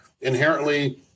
inherently